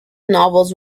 novels